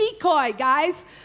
guys